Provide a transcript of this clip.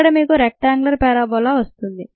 ఇక్కడ మీకు rectangular parabola వస్తుంది